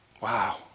Wow